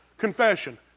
Confession